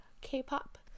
K-pop